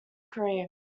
career